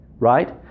Right